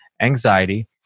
anxiety